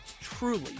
Truly